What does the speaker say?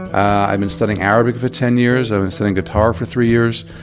i've been studying arabic for ten years. i've been studying guitar for three years.